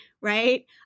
right